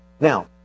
Now